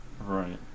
Right